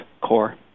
core